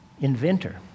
inventor